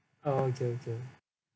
oh okay okay